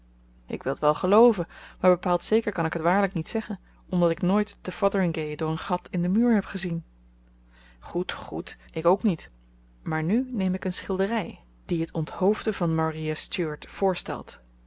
ik wil t wel gelooven maar bepaald zeker kan ik t waarlyk niet zeggen omdat ik nooit te fotheringhay door een gat in den muur heb gezien goed goed ik ook niet maar nu neem ik een schildery die t onthoofden van maria stuart voorstelt